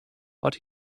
but